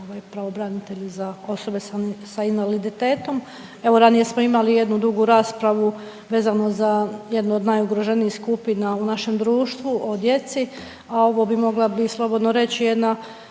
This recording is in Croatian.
pravobranitelju za osobe sa invaliditetom. Evo ranije smo imali jednu dugu raspravu vezanu za jednu od najugroženijih skupina u našem društvu, o djeci, a ovo bi, mogla bi slobodno reći jedna